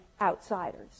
outsiders